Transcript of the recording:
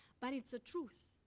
but it's a truth,